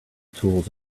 tools